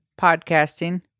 podcasting